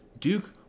Duke